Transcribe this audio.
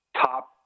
top